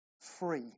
free